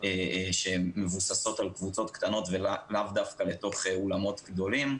שהן מבוססות על קבוצות קטנות ולאו דווקא על בתוך אולמות גדולים,